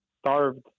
starved